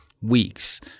weeks